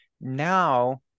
now